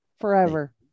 forever